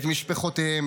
את משפחותיהם,